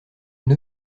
une